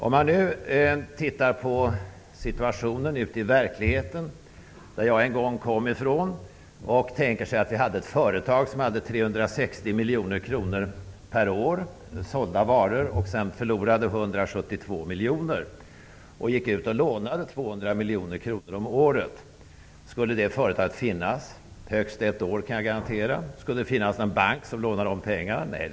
Om man ser till situationen ute i verkligheten, som jag en gång kom ifrån, och tänker sig att ett företag som hade 360 miljoner kronor per år i sålda varor förlorade 172 miljoner och sedan lånade 200 miljoner om året -- hur länge skulle det företaget finnas? Högst ett år, kan jag garantera. Skulle det finnas någon bank som lånade ut pengar? Nej.